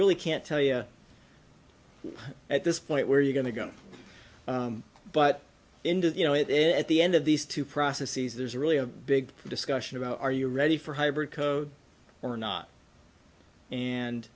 really can't tell you at this point where are you going to go but into the you know it is at the end of these two processes there's really a big discussion about are you ready for hybrid code or not and